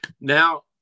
Now